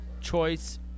Choice